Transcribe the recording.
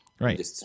Right